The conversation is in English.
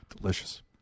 Delicious